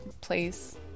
place